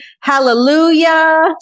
Hallelujah